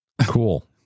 Cool